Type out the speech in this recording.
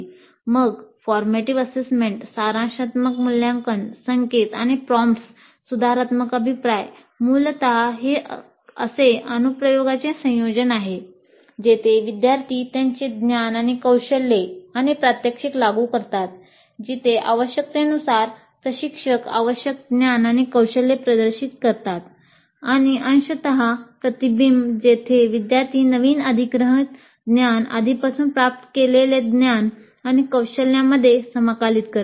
मग formative assessment सारांशात्मक मूल्यांकन संकेत आणि प्रॉम्प्ट्स सुधारात्मक अभिप्राय मूलत हे असे अनुप्रयोगाचे संयोजन आहे जेथे विद्यार्थी त्यांचे ज्ञान आणि कौशल्ये आणि प्रात्यक्षिक लागू करतात जिथे आवश्यकतेनुसार प्रशिक्षक आवश्यक ज्ञान आणि कौशल्ये प्रदर्शित करतात आणि अंशतः प्रतिबिंब जेथे विद्यार्थी नवीन अधिग्रहित ज्ञान आधीपासून प्राप्त केलेल्या ज्ञान आणि कौशल्यांमध्ये समाकलित करतात